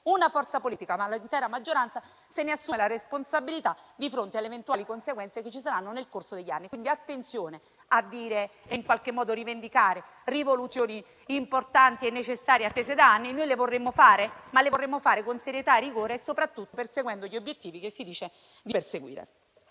una forza politica, ma anche l'intera maggioranza se ne assume la responsabilità di fronte alle eventuali conseguenze che ci saranno nel corso degli anni. Attenzione a dire, e in qualche modo a rivendicare, rivoluzioni importanti e necessarie attese da anni: noi le vorremmo fare, ma con serietà e rigore e, soprattutto, perseguendo gli obiettivi che si dice di voler perseguire.